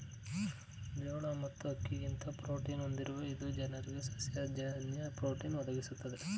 ಜೋಳ ಮತ್ತು ಅಕ್ಕಿಗಿಂತ ಪ್ರೋಟೀನ ಹೊಂದಿರುವ ಇದು ಜನರಿಗೆ ಸಸ್ಯ ಜನ್ಯ ಪ್ರೋಟೀನ್ ಒದಗಿಸ್ತದೆ